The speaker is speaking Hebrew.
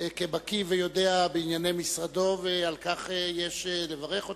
כבקי ויודע בענייני משרדו, ועל כך יש לברך אותו.